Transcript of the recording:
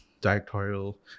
directorial